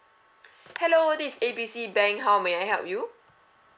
hello this is A B C bank how may I help you